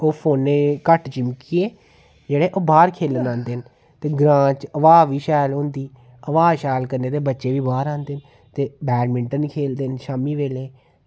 ओह् फोनै ई घट्ट चमकै दे ते बाहर खेल्ली लैंदे न ते ग्रांऽ हवा बी शैल होंदी ते हवा शैल कन्नै गै बच्चे बाहर आंदे न ते बैडमिंटन खेल्लदे न शामीं बेल्लै